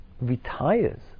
retires